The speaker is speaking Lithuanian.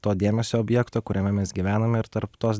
to dėmesio objekto kuriame mes gyvename ir tarp tos